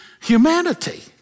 humanity